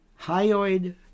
Hyoid